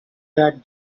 that